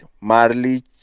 Marley